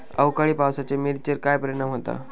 अवकाळी पावसाचे मिरचेर काय परिणाम होता?